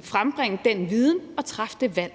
frembringe den viden og træffe det valg.